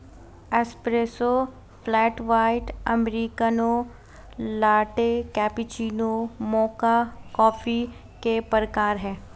espresso, flat white, americano, latte, cappuccino, mocha coffee के प्रकार हैं